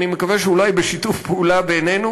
אני מקווה שאולי בשיתוף פעולה בינינו